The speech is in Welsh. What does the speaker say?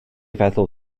feddwl